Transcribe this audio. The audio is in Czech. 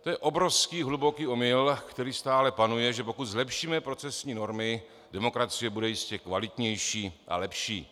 To je obrovský, hluboký omyl, který stále panuje, že pokud zlepšíme procesní normy, demokracie bude jistě kvalitnější a lepší.